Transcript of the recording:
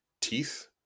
Teeth